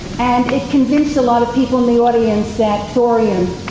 and it convinced a lot of people in the audience that thorium